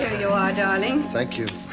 ah you are, darling. thank you,